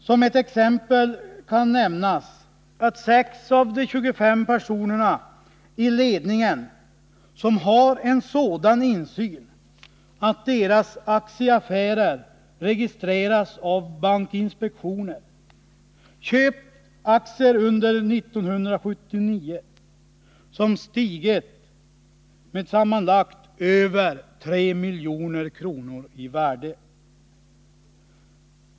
Som ett exempel kan nämnas att 6 av de 25 personer i ledningen som har en sådan insyn att deras aktieaffärer registreras av bankinspektionen under 1979 köpt aktier, som stigit med sammanlagt över 3 milj.kr. i värde.